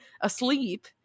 asleep